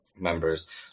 members